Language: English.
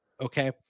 Okay